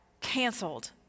canceled